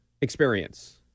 experience